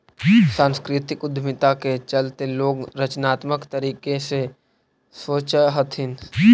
सांस्कृतिक उद्यमिता के चलते लोग रचनात्मक तरीके से सोचअ हथीन